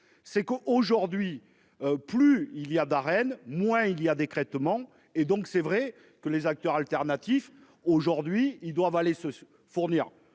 c'est que, aujourd'hui, plus il y a Darren moins il y a des traitements et donc c'est vrai que les acteurs alternatifs. Aujourd'hui, ils doivent aller se fournir